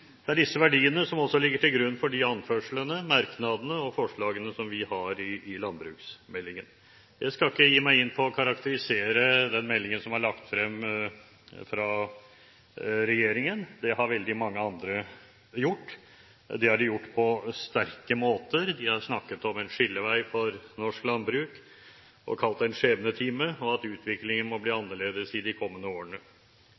Det er disse verdiene som også ligger til grunn for de anførslene, merknadene og forslagene som vi har i forbindelse med landbruksmeldingen. Jeg skal ikke gi meg inn på å karakterisere den meldingen som er lagt frem fra regjeringen. Det har veldig mange andre gjort, og det har de gjort på sterke måter. De har snakket om en skillevei for norsk landbruk, kalt det en skjebnetime, og har sagt at utviklingen må bli